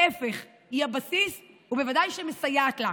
להפך, היא הבסיס, ובוודאי שמסייעת לה.